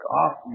off